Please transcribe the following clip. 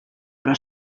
però